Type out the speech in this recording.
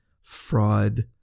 fraud